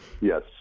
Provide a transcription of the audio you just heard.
Yes